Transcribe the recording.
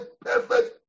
perfect